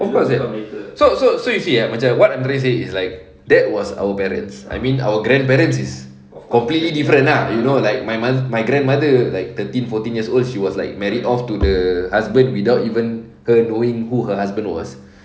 what was that so so so you see eh macam what ondre said is like that was our parents I mean our grandparents is completely different ah you know like my mum my grandmother like thirteen fourteen years old she was like married off to the husband without even knowing who her husband was